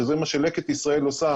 שזה מה שלקט ישראל עושה,